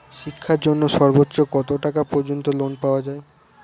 শিক্ষার জন্য সর্বোচ্চ কত টাকা পর্যন্ত লোন পাওয়া য়ায়?